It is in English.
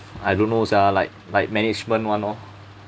I don't know sia like like management one lor